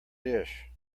dish